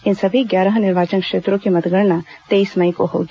इन सभी ग्यारह निर्वाचन क्षेत्रों की मतगणना तेईस मई को होगी